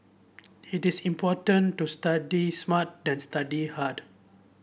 it is important to study smart than study hard